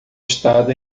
estado